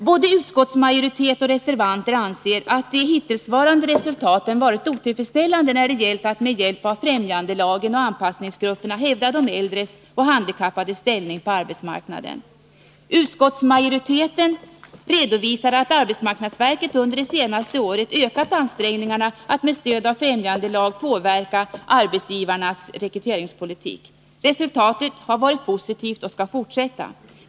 Både utskottsmajoritet och reservanter anser att de hittillsvarande resultaten varit otillfredsställande när det gällt att med hjälp av främjandelagen och anpassningsgrupperna hävda de äldres och handikappades ställning på arbetsmarknaden. Utskottsmajoriteten redovisar att arbetsmarknadsverket under det senaste året ökat ansträngningarna att med stöd av främjandelagen påverka arbetsgivarnas rekryteringspolitik. Resultatet har varit positivt, och verksamheten skall fortsätta.